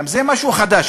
גם זה משהו חדש.